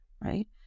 right